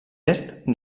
est